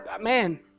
Man